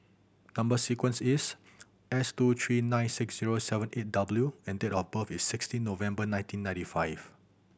number sequence is S two three nine six zero seven eight W and date of birth is sixteen November nineteen ninety five